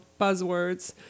buzzwords